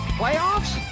playoffs